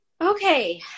Okay